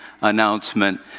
announcement